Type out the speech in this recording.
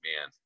man